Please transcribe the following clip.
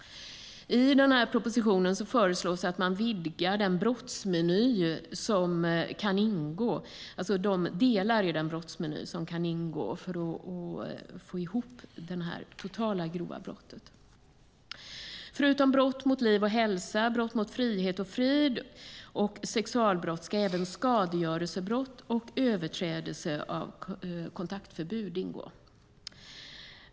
I propositionen föreslås att man vidgar de delar i en brottsmeny som kan ingå för att få ihop det totala grova brottet. Förutom brott mot liv och hälsa, brott mot frihet och frid och sexualbrott ska även skadegörelsebrott och överträdelse av kontaktförbud ingå.